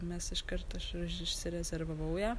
mes iš karto aš išsirezervavau ją